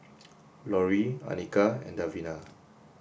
Lori Annika and Davina